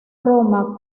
roma